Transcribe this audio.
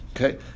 Okay